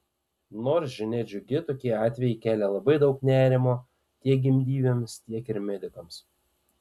nors žinia džiugi tokie atvejai kelia labai daug nerimo tiek gimdyvėms tiek ir medikams